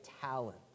talent